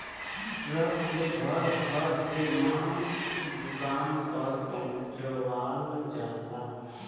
truck से भर भर के मांस दुकान पर पहुंचवाल जाला